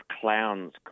clowns